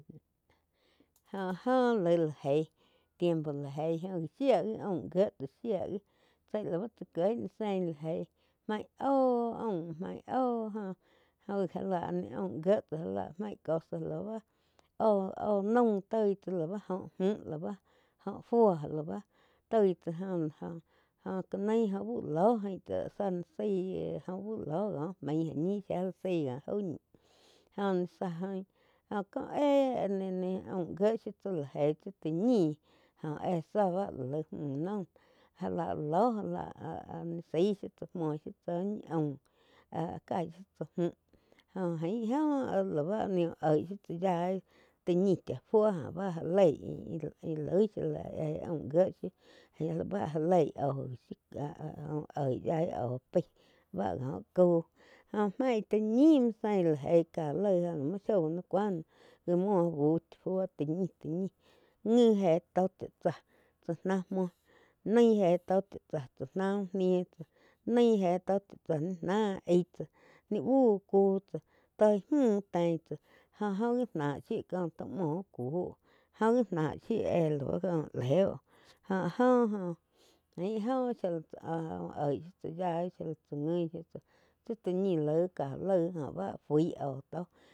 Jo áh joh laih lá eig tiempo la eig shía gi aum gíe tsá shia gi lau chá kiég sein la jeíh main óho aum, main óho góh gi já lá áh ni aum gié tsá main cosa lá báh óh-óh naum toi tsáh lau óh mü lau óh fuo lá bá toih tsá jo na oh joh ká nai óh bu loh ain zía la sái kíe óh uh lóh ko main óh ñi shía lá zaí kó aúh ñih joh ni záh jóh ko éh áh ni aum gie shiu tsá la eig tsi ti ñih joh éh záh bá lá laig mú noh já lá loh já lah áh-áh ni zaí shiu tsá muo tsá úh ñi aum áh caig shiu tsá mühh jo ain jo áh la bá ni úh oig shiu tsáh yaí ti ñi chá fuo jóh jó bá já leí íh-íh loi shía láh aum gie shiu lá báh já leí óh áh-áh úh oih yaí íh óh pai báh có cau jóh main ti yim muo zein la jeí laí lá muo shoi ná cuía náh já muo búh chá fuo ti ñih ngi éh tó chá tsá tsá náh muo naí éh tó chá tsá tsá náh úh ni tsá nain éh to chá tsá. Ni náh aih tsáh ní uh kú tsáh toi müh tein tsá jó gi náh shiu có taum muoh úh ku jó gi náh shiu éh lau leu joh áh joh óh aijoh shia la aáh úh oig tsáh yaíh shia lá chá nguin tsá tsi ta ñi laig káh laig jó bá fui cuó tó.